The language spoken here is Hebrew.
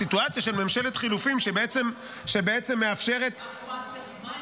הסיטואציה של ממשלת חילופים שבעצם מאפשרת --- מה אכפת לך?